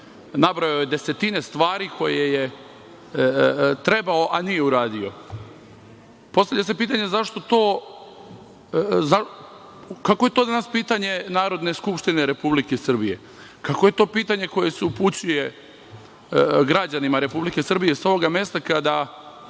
nabrojao je desetine stvari koje je trebao, a nije uradio. Postavlja se pitanje – zašto to, kakvo je to danas pitanje Narodne skupštine Republike Srbije? Kakvo je pitanje koje se upućuje građanima Republike Srbije sa ovoga mesta kada